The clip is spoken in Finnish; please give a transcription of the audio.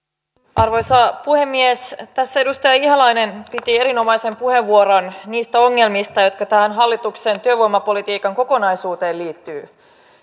arvoisa puhemies tässä edustaja ihalainen piti erinomaisen puheenvuoron niistä ongelmista jotka tähän hallituksen työvoimapolitiikan kokonaisuuteen liittyvät